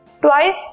twice